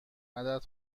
عدد